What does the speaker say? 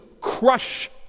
crush